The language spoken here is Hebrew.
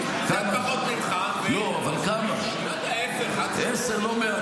קצת פחות ממך, לא יודע, עשר, 11. עשר, לא מעט.